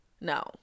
no